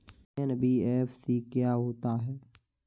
NBFC क्या होता है?